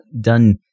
done